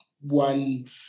one